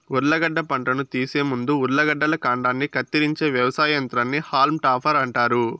ఉర్లగడ్డ పంటను తీసే ముందు ఉర్లగడ్డల కాండాన్ని కత్తిరించే వ్యవసాయ యంత్రాన్ని హాల్మ్ టాపర్ అంటారు